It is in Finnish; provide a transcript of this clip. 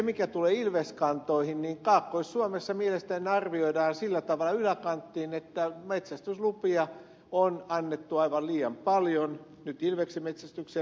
mitä tulee ilveskantoihin niin kaakkois suomessa mielestäni arvioidaan sillä tavalla yläkanttiin että metsästyslupia on annettu aivan liian paljon nyt ilveksenmetsästykseen